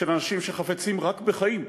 אנשים שחפצים רק בחיים,